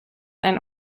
and